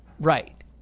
Right